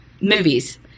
movies